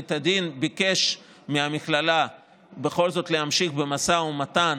בית הדין ביקש מהמכללה בכל זאת להמשיך במשא ומתן